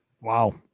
Wow